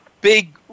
big